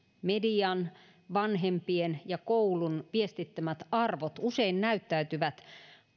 median vanhempien ja koulun viestittämät arvot usein näyttäytyvät